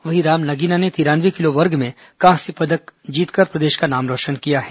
वहीं राम नगीना ने तिरानवे किलो वर्ग में कांस्य पदक जीत कर प्रदेश का नाम रौशन किया है